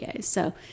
So-